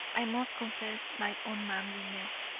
i must confess my unmanliness,